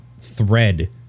thread